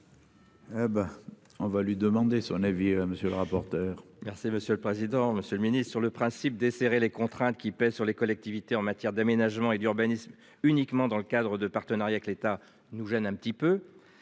on va lui demander son avis. Monsieur le rapporteur. Merci monsieur le président, Monsieur le Ministre sur le. Principe desserrer les contraintes qui pèsent sur les collectivités en matière d'aménagement et d'urbanisme uniquement dans le cadre de partenariat que l'État nous gêne un petit peu.